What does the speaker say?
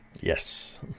Yes